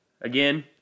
Again